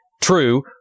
True